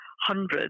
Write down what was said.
hundreds